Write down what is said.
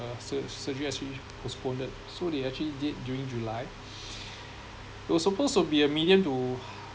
her sur~ surgery actually postponed so they actually did during july it was supposed to be a medium to